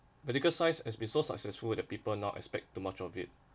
medical science has been so successful with the people now expect too much of it